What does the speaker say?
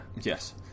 Yes